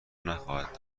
نخواهد